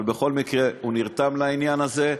אבל בכל מקרה הוא נרתם לעניין הזה,